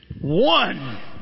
One